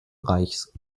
reichs